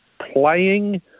Playing